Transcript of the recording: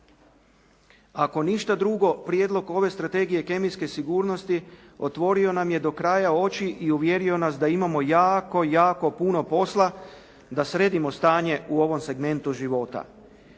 Ako ništa drugo, prijedlog ove Strategije kemijske sigurnosti otvorio nam je do kraja oči i uvjerio nas da imamo jako, jako puno posla da sredimo stanje u ovom segmentu života.